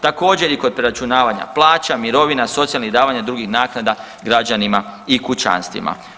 Također i kod preračunavanja plaća, mirovina, socijalnih davanja, drugih naknada građanima i kućanstvima.